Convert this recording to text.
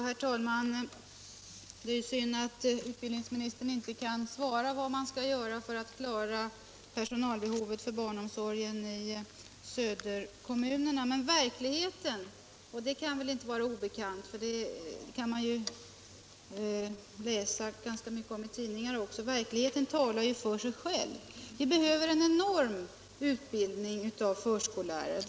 Herr talman! Det är ju synd att utbildningsministern inte kan svara på frågan vad man skall göra för att klara personalbehovet för barnomsorgen i söderortskommunerna. Men verkligheten — och den kan väl inte vara obekant, eftersom man också kan läsa ganska mycket om den i tidningarna — talar för sig själv. Vi behöver en enorm utbildning av förskollärare.